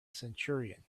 centurion